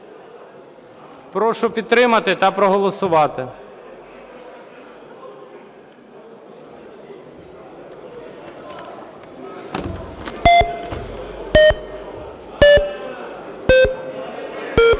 Прошу підтримати та проголосувати.